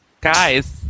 Guys